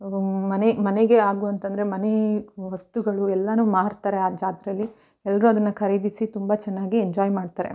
ಮನೆ ಮನೆಗೆ ಆಗುವಂಥ ಅಂದರೆ ಮನೆ ವಸ್ತುಗಳು ಎಲ್ಲಾ ಮಾರ್ತಾರೆ ಆ ಜಾತ್ರೆಯಲ್ಲಿ ಎಲ್ಲರೂ ಅದನ್ನು ಖರೀದಿಸಿ ತುಂಬ ಚೆನ್ನಾಗಿ ಎಂಜಾಯ್ ಮಾಡ್ತಾರೆ